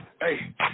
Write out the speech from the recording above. hey